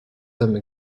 some